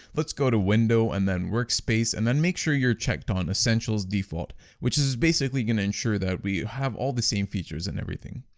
let's go to window and workspace and then make sure you're checked on essentials default which is basically going to ensure that we have all the same features and everything.